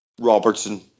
Robertson